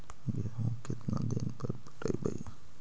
गेहूं केतना दिन पर पटइबै?